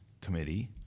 committee